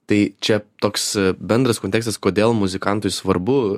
tai čia toks bendras kontekstas kodėl muzikantui svarbu